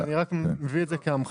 אני מביא את זה כהמחשה.